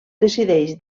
decideix